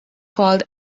called